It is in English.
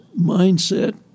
mindset